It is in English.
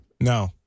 No